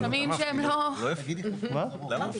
למה אפילו?